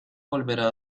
volverá